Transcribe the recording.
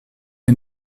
les